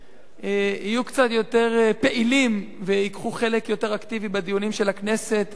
יהיו קצת יותר פעילים וייקחו חלק יותר אקטיבי בדיונים של הכנסת,